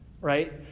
right